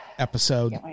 episode